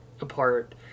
apart